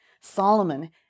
Solomon